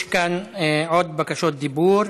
יש כאן עוד בקשות דיבור.